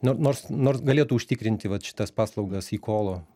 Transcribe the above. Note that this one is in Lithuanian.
nu nors nors galėtų užtikrinti vat šitas paslaugas ikolo